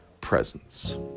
presence